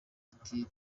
ati